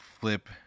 flip